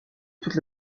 toute